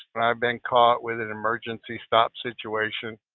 when i've been caught with an emergency stop situation.